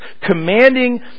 commanding